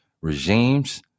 regimes